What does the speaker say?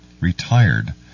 retired